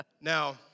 Now